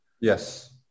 Yes